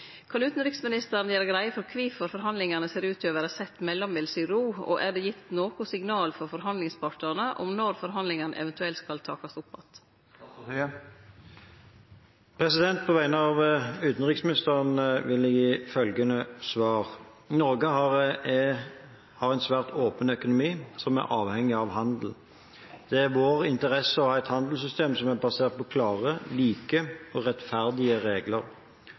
Kan utanriksministeren gjere greie for kvifor forhandlingane ser ut til å vere sett mellombels i ro, og er det gitt noko signal frå forhandlingspartane om når forhandlingane eventuelt skal takast opp att?» På vegne av utenriksministeren vil jeg gi følgende svar: Norge har en svært åpen økonomi, som er avhengig av handel. Det er i vår interesse å ha et handelssystem som er basert på klare, like og rettferdige